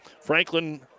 Franklin